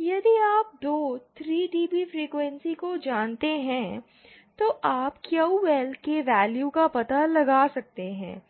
यदि आप दो 3dB फ्रीक्वेंसी को जानते हैं तो आप QL के वैल्यू का पता लगा सकते हैं